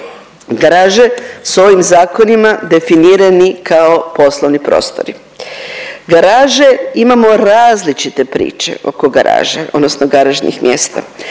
Garaže su ovim zakonima definirani kao poslovni prostori. Garaže imamo različite priče oko garaža odnosno garažnih mjesta.